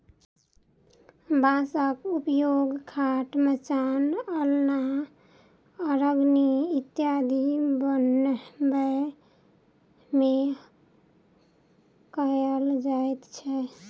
बाँसक उपयोग खाट, मचान, अलना, अरगनी इत्यादि बनबै मे कयल जाइत छै